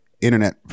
internet